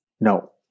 No